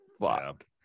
fuck